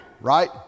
right